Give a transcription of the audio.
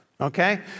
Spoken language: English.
okay